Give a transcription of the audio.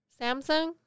Samsung